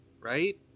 right